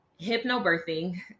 Hypnobirthing